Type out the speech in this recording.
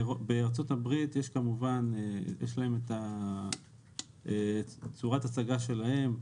בארצות-הברית יש כמובן את צורת ההצגה שלהם,